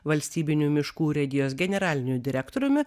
valstybinių miškų urėdijos generaliniu direktoriumi